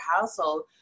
household